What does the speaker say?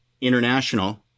International